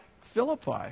Philippi